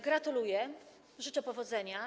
Gratuluję, życzę powodzenia.